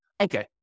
Okay